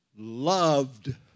loved